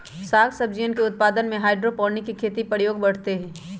साग सब्जियन के उत्पादन में हाइड्रोपोनिक खेती के प्रयोग बढ़ते हई